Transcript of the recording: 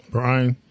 Brian